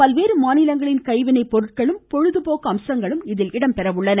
பல்வேறு மாநிலங்களின் கைவினைப் பொருட்களும் பொழுதுபோக்கு அம்சங்களும் இதில் இடம்பெறுகின்றன